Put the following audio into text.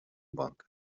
банка